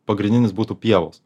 pagrindinis būtų pievos